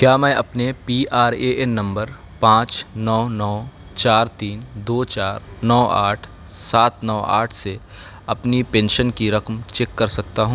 کیا میں اپنے پی آر اے این نمبر پانچ نو نو چار تین دو چار نو آٹھ سات نو آٹھ سے اپنی پینشن کی رقم چیک کر سکتا ہوں